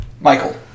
Michael